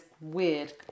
weird